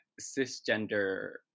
cisgender